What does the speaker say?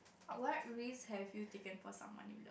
what risk have you taken for someone you